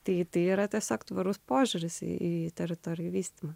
tai yra tiesiog tvarus požiūris į teritorijų vystymą